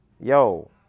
yo